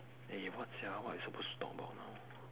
eh what sia what we supposed to talk about now